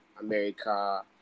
america